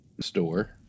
store